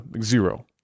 zero